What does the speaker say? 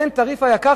אין התעריף היקר,